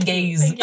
Gaze